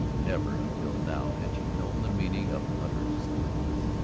never until now had she known the meaning of utter stillness.